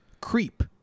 creep